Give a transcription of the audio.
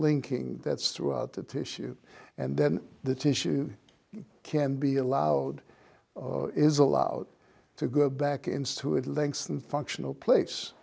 linking that's throughout the tissue and then the tissue can be allowed is allowed to go back inside to it links and functional pla